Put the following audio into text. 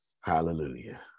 hallelujah